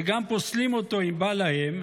וגם פוסלים אותו אם בא להם,